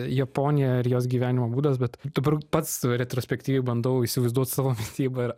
japonija ir jos gyvenimo būdas bet dabar pats retrospektyviai bandau įsivaizduot savo mitybą ir